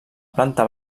planta